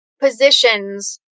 positions